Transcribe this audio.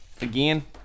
again